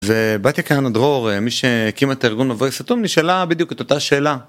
ובתיה כהנא דרור, מי שהקימה את הארגון מבוי סתום נשאלה בדיוק את אותה שאלה.